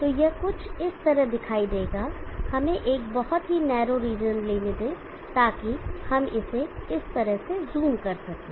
तो यह कुछ इस तरह दिखाई देगा हमें एक बहुत ही नैरो रीजन लेने दें ताकि हम इसे इस तरह से ज़ूम कर सकें